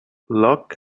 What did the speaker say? luck